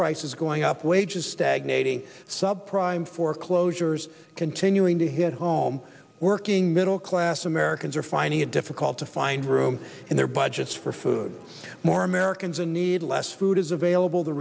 prices going up wages stagnating sub prime foreclosures continuing to hit home working middle class americans are finding it difficult to find room in their budgets for food more americans in need less food is available the